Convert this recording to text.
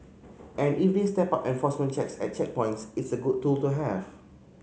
and if they step up enforcement checks at checkpoints it's a good tool to have